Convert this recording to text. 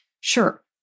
Sure